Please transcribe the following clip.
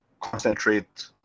concentrate